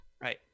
Right